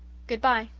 good-bye,